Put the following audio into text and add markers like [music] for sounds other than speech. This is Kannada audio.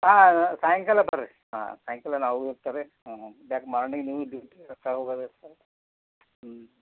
ಹಾಂ ಸಾಯಂಕಾಲ ಬರ್ರೀ ಹಾಂ ಸಾಯಂಕಾಲ ನಾವು ಇರ್ತೇವೆ ರೀ [unintelligible]